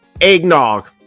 eggnog